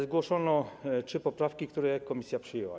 Zgłoszono trzy poprawki, które komisja przyjęła.